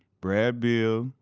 brad beal,